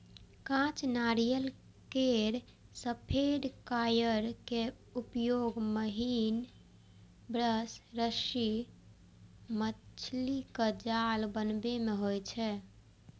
कांच नारियल केर सफेद कॉयर के उपयोग महीन ब्रश, रस्सी, मछलीक जाल बनाबै मे होइ छै